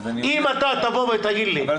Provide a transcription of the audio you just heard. אם אתה תבוא ותגיד לי --- אבל,